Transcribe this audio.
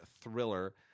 thriller